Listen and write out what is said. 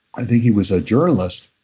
i think he was a journalist,